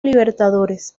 libertadores